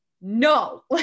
no